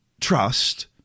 trust